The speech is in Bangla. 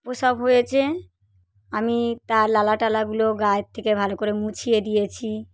প্রসব হয়েছে আমি তার লালা টালাগুলো গায়ের থেকে ভালো করে মুছিয়ে দিয়েছি